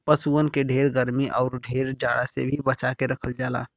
पसुअन के ढेर गरमी आउर ढेर जाड़ा से भी बचा के रखल जाला